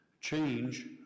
change